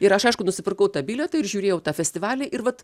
ir aš aišku nusipirkau tą bilietą ir žiūrėjau tą festivalį ir vat